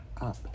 up